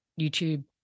YouTube